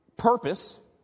purpose